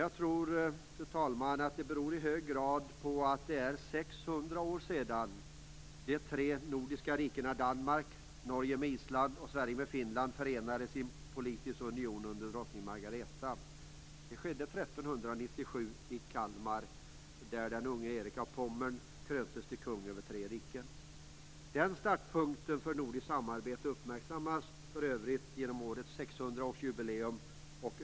Jag tror, fru talman, att det i hög grad beror på att det sexhundra år sedan de tre nordiska rikena Danmark, Norge med Island och Sverige med Erik av Pommern kröntes till kung över tre riken. Den startpunkten för nordiskt samarbete uppmärksammas för övrigt genom årets sexhundraårsjubileum.